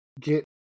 get